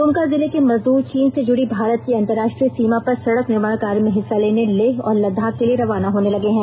द्मका जिले के मजदूर चीन से जुड़ी भारत की अंतर्राष्ट्रीय सीमा पर सड़क निर्माण कार्य में हिस्सा लेने लेह और लद्दाख के लिए रवाना होने लगे हैं